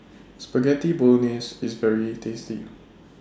Spaghetti Bolognese IS very tasty